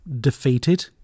defeated